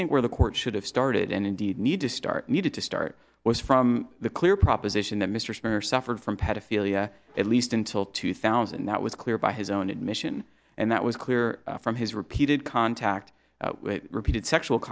think where the court should have started and indeed need to start needed to start was from the clear proposition that mr spooner suffered from pedophilia at least until two thousand that was clear by his own admission and that was clear from his repeated contact with repeated sexual